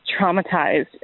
traumatized